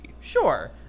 Sure